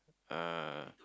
ah